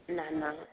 न न